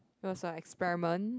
it was like experiment